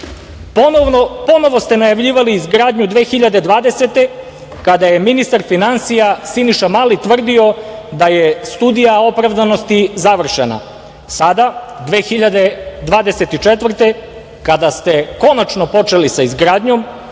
Ponovo ste najavljivali izgradnju 2020. godine, kada je ministar finansija Siniša Mali tvrdio da je studija opravdanosti završena. Sada, 2024. godine, kada ste konačno počeli sa izgradnjom,